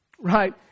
Right